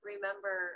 Remember